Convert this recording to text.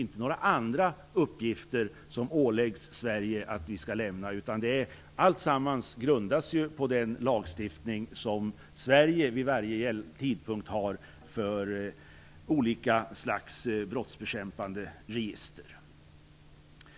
Sverige åläggs ju inte att lämna några andra uppgifter, utan alltsammans grundar sig på den lagstiftning som Sverige har för olika slag av brottsbekämpande register.